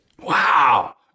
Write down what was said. Wow